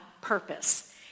purpose